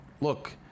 look